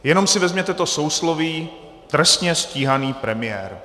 Jenom si vezměte to sousloví trestně stíhaný premiér.